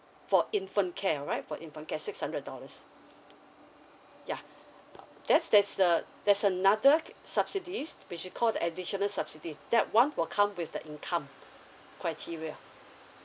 for infant care right for infant care six hundred dollars yeah that's that's the that's another subsidies which is called the additional subsidies that one will come with the income criteria